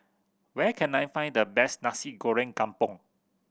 where can I find the best Nasi Goreng Kampung